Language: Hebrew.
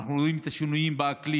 ואנחנו רואים את השינויים באקלים.